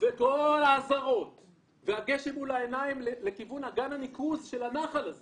וכל האזהרות והגשם מול העיניים אל מול אגן הניקוז של הנחל הזה